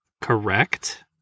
Correct